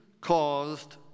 caused